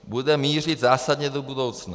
Bude mířit zásadně do budoucna.